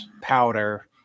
powder